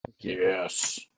Yes